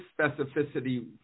specificity